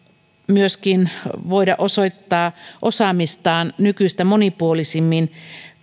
myöskin voida osoittaa osaamistaan nykyistä monipuolisemmin